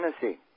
Tennessee